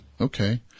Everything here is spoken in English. Okay